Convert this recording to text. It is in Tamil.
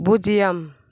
பூஜ்ஜியம்